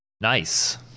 Nice